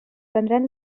prendran